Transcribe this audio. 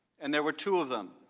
and there were two of them,